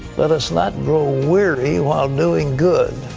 let us not grow weary while doing good,